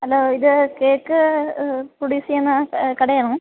hello ഇത് cake produce ചെയ്യുന്ന കടയാണോ